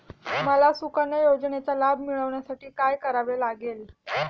मला सुकन्या योजनेचा लाभ मिळवण्यासाठी काय करावे लागेल?